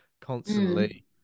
constantly